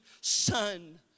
son